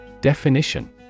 Definition